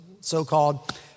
so-called